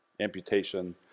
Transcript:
amputation